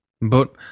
But